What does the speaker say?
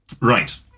Right